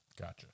Gotcha